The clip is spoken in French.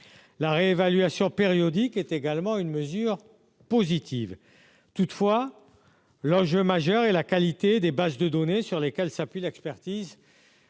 la réévaluation périodique est également une mesure positive toutefois l'enjeu majeur et la qualité des bases de données sur lesquelles s'appuie l'expertise